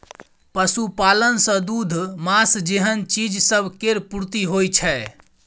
पशुपालन सँ दूध, माँस जेहन चीज सब केर पूर्ति होइ छै